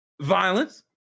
Violence